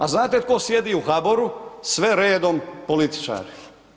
A znate tko sjedi u HABOR-u, sve redom političari.